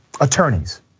attorneys